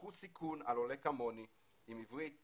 שלקחו סיכון על עולה כמוני עם עברית